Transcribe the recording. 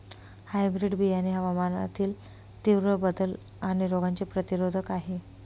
hybrid बियाणे हवामानातील तीव्र बदल आणि रोगांचे प्रतिरोधक आहे